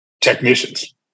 technicians